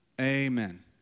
Amen